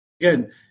Again